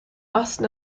osten